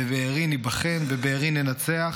בבארי ניבחן, בבארי ננצח.